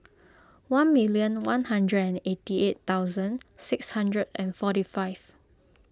one million one hundred and eighty eight thousand six hundred and forty five